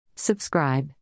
Subscribe